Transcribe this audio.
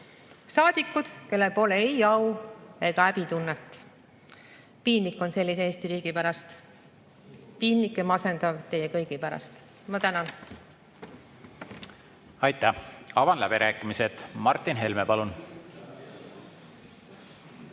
saadikud, kellel pole ei au‑ ega häbitunnet. Piinlik on sellise Eesti riigi pärast, piinlik ja masendav teie kõigi pärast. Tänan! Aitäh! Avan läbirääkimised. Martin Helme, palun!